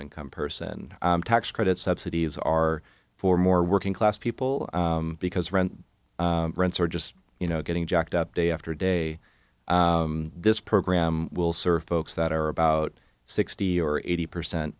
income person tax credits subsidies are for more working class people because rent rents are just you know getting jacked up day after day this program will serve folks that are about sixty or eighty percent